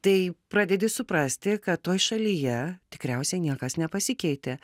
tai pradedi suprasti kad toj šalyje tikriausiai niekas nepasikeitė